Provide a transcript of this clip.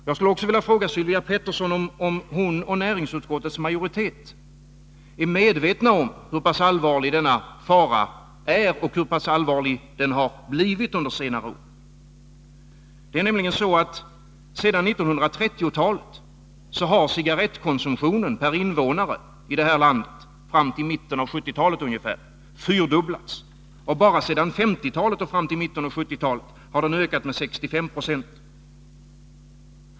Jag skulle också vilja fråga Sylvia Pettersson, om hon och näringsutskottets majoritet är medvetna om hur pass allvarlig denna fara har blivit under senare år. Det är nämligen så, att cigarettkonsumtionen per invånare i det här landet från 1930-talet fram till mitten av 1970-talet har ungefär fyrdubblats, och bara sedan 1950-talet fram till mitten av 1970-talet har den ökat med 65 90.